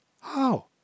How